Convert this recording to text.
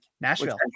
Nashville